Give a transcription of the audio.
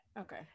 Okay